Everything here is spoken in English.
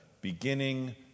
beginning